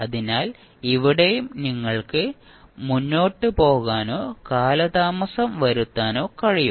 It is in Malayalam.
അതിനാൽ ഇവിടെയും നിങ്ങൾക്ക് മുന്പോട്ടാക്കാനോ കാലതാമസം വരുത്താനോ കഴിയും